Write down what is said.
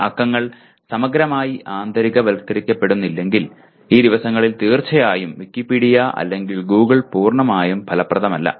ചില അക്കങ്ങൾ സമഗ്രമായി ആന്തരികവൽക്കരിക്കപ്പെടുന്നില്ലെങ്കിൽ ഈ ദിവസങ്ങളിൽ തീർച്ചയായും വിക്കിപീഡിയ അല്ലെങ്കിൽ ഗൂഗിൾ പൂർണ്ണമായും ഫലപ്രദമല്ല